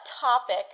topic